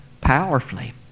powerfully